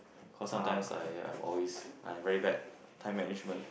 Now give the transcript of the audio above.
because sometimes I I am always very bad time management